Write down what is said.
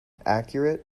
accurate